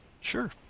Sure